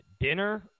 dinner